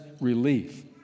relief